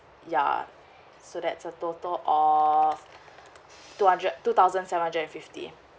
ya so that's a total of two hundred two thousand five hundred and fifty